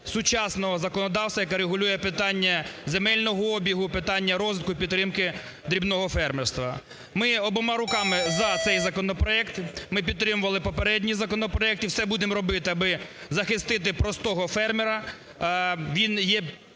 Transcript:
сучасного законодавства, яке регулює питання земельного обігу, питання розвитку і підтримки дрібного фермерства. Ми обома руками за цей законопроект, ми підтримувати попередній законопроект і все будемо робити, аби захистити простого фермера,